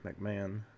McMahon